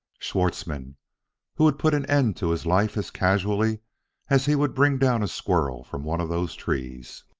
schwartzmann who would put an end to his life as casually as he would bring down a squirrel from one of those trees!